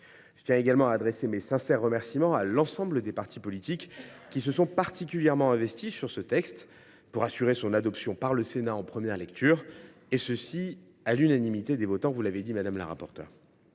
Je tiens également à adresser mes sincères remerciements à l’ensemble des partis politiques qui se sont particulièrement investis sur ce texte pour assurer son adoption par le Sénat en première lecture à l’unanimité des votants, comme l’a rappelé Mme la rapporteure.